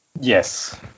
yes